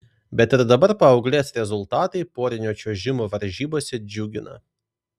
bet ir dabar paauglės rezultatai porinio čiuožimo varžybose džiugina